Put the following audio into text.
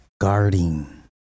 Guarding